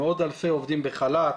מאות אלפי עובדים בחל"ת,